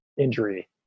injury